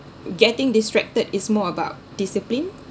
getting distracted is more about discipline